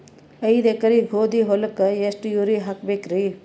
ಐದ ಎಕರಿ ಗೋಧಿ ಹೊಲಕ್ಕ ಎಷ್ಟ ಯೂರಿಯಹಾಕಬೆಕ್ರಿ?